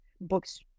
books